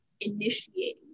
initiating